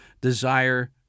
desire